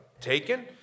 taken